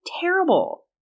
Terrible